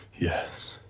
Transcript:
Yes